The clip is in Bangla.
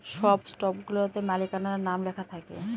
সব স্টকগুলাতে মালিকানার নাম লেখা থাকে